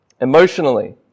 Emotionally